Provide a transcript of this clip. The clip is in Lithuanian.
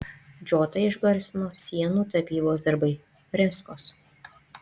džotą išgarsino sienų tapybos darbai freskos